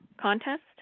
contest